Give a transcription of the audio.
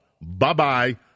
Bye-bye